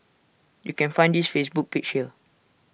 you can find his Facebook page here